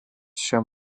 šiam